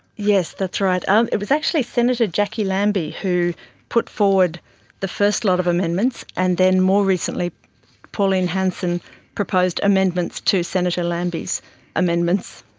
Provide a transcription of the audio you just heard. yes, that's right. um it was actually senator jacqui lambie who put forward the first lot of amendments, and then more recently pauline hanson proposed amendments to senator lambie's amendments.